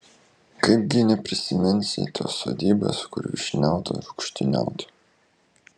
kaipgi neprisiminsi tos sodybos kur vyšniauta rūgštyniauta